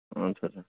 او اچھا اچھا